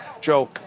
Joe